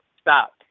Stop